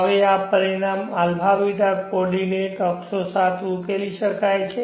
હવે આ પરિણામ α ß કોઓર્ડિનેટ અક્ષો સાથે ઉકેલી શકાય છે